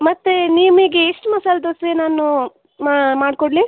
ಮತ್ತು ನಿಮಗೆ ಎಷ್ಟು ಮಸಾಲೆ ದೋಸೆ ನಾನು ಮಾಡಿಕೊಡ್ಲಿ